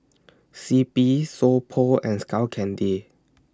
C P So Pho and Skull Candy